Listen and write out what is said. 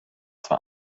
zwei